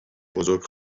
بزرگ